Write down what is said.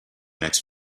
next